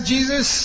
Jesus